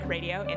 Radio